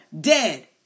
dead